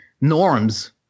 norms